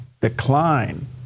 decline